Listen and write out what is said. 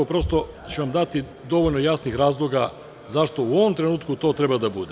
Prosto ću vam dati dovoljno jasnih razloga zašto u ovom trenutku to treba da bude.